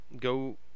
go